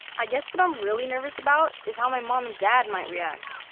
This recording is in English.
i guess what i'm really nervous about is how my mom and dad might react.